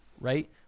right